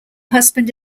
husband